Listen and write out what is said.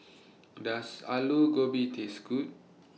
Does Alu Gobi Taste Good